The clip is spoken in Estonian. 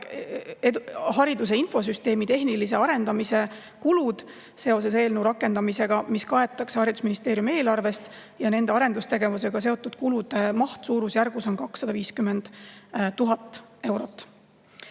hariduse infosüsteemi tehnilise arendamise kulud seoses eelnõu rakendamisega, mis kaetakse haridusministeeriumi eelarvest, ja nende arendustegevusega seotud kulude maht on suurusjärgus 250 000 eurot.